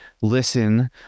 listen